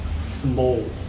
small